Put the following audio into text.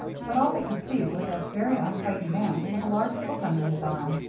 but all they could see was a very untidy man with a large book under his arm.